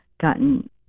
gotten